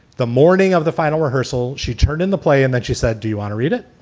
the morning of the final rehearsal, she turned in the play and then she said, do you want to read it?